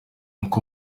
uko